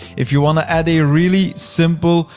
if you wanna add a really simple,